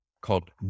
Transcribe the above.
called